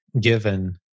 given